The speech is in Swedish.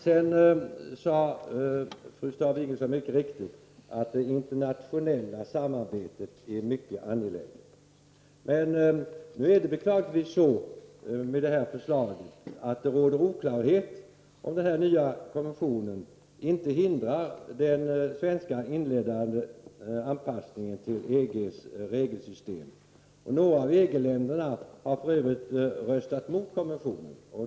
Fru Staaf-Igelström sade mycket riktigt att det internationella samarbetet är angeläget. Men nu råder det beklagligtvis oklarhet om huruvida den nya konventionen hindrar den svenska inledande anpassningen till EG:s regelsystem. Några EG-länder har för övrigt röstat mot konventionen.